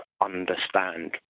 understand